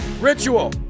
ritual